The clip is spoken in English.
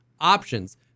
options